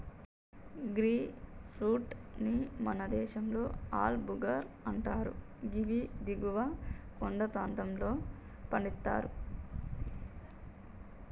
గీ fruit ని మన దేశంలో ఆల్ భుక్కర్ అంటరు గివి దిగువ కొండ ప్రాంతంలో పండుతయి